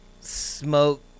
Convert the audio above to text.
smoke